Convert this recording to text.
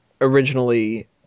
originally